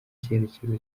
cyerekezo